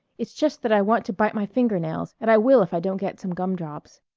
it's just that i want to bite my finger-nails, and i will if i don't get some gum-drops.